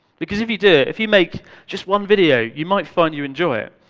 because if you do, if you make just one video, you might find you enjoy it,